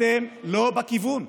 אתם לא בכיוון.